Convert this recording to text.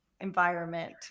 environment